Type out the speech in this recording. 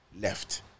Left